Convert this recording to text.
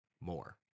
more